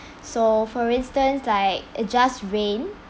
so for instance like just rain